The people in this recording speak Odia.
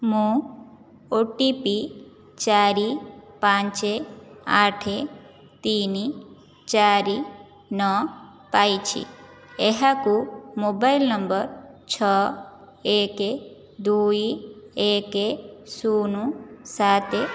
ମୁଁ ଓ ଟି ପି ଚାରି ପାଞ୍ଚ ଆଠ ତିନି ଚାରି ନଅ ପାଇଛି ଏହାକୁ ମୋବାଇଲ ନମ୍ବର ଛଅ ଏକ ଦୁଇ ଏକ ଶୂନ ସାତ